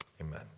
Amen